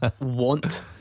want